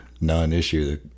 non-issue